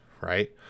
Right